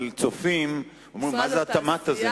אבל הצופים אומרים: מה זה התמ"ת הזה,